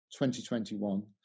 2021